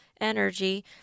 energy